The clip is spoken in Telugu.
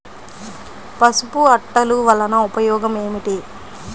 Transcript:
పసుపు అట్టలు వలన ఉపయోగం ఏమిటి?